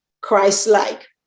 Christ-like